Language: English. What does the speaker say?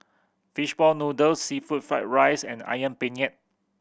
fish ball noodles seafood fried rice and Ayam Penyet